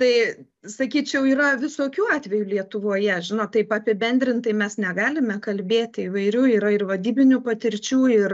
tai sakyčiau yra visokių atvejų lietuvoje žinot taip apibendrintai mes negalime kalbėti įvairių yra ir vadybinių patirčių ir